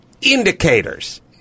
indicators